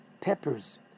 peppers